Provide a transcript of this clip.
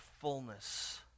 fullness